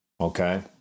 okay